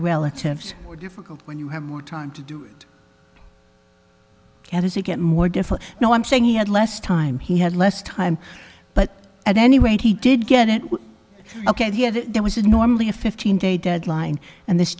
relatives more difficult when you have more time to do it does it get more different now i'm saying he had less time he had less time but at any rate he did get it ok he was normally a fifteen day deadline and this